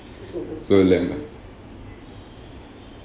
so like